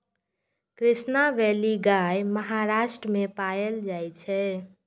Krishna valley गाय महाराष्ट्र मे पाएल जाइ छै